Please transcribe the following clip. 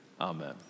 Amen